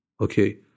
okay